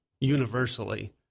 universally